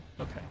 Okay